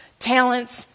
talents